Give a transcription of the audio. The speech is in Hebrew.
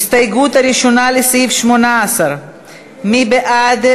ההסתייגות הראשונה לסעיף 18. מי בעד?